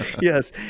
yes